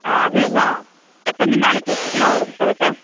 ஆ அதே தான் எத்தனை நாளைக்கு வச்சிக்கலாம் ஒரு புத்தகத்தை